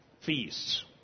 feasts